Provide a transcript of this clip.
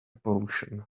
pollution